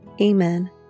Amen